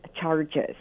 charges